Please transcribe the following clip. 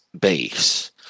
base